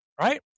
right